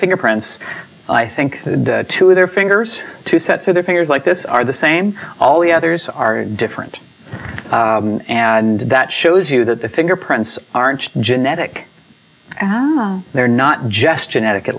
fingerprints i think to their fingers to set through their fingers like this are the same all the others are different and that shows you that the fingerprints aren't genetic they're not just genetic at